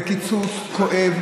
זה קיצוץ כואב,